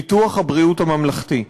ביטוח הבריאות הממלכתי.